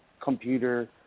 computer